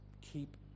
Keep